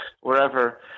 wherever